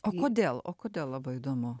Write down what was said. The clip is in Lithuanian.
o kodėl o kodėl labai įdomu